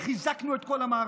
איך חיזקנו את כל המערכות.